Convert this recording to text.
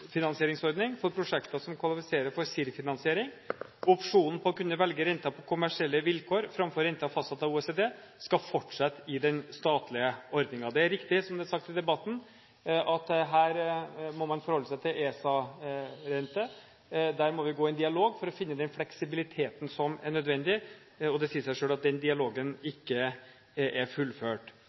eksportfinansieringsordning for prosjekter som kvalifiserer for CIRR-finansiering. Opsjonen på å kunne velge renter på kommersielle vilkår framfor renter fastsatt av OECD skal fortsette i den statlige ordningen. Det er riktig, som det er sagt i debatten, at her må man forholde seg til ESA-rente. Der må vi gå i en dialog for å finne den fleksibiliteten som er nødvendig, og det sier seg selv at den dialogen ikke er fullført.